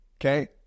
okay